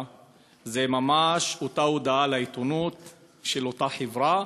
זה ממש אותה הודעה לעיתונות של אותה חברה,